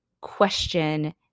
question